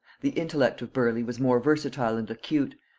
the intellect of burleigh was more versatile and acute,